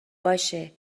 باشه